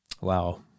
Wow